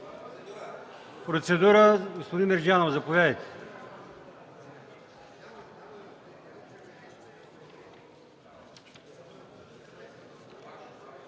процедура – господин Мерджанов, заповядайте.